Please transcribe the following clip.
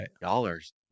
dollars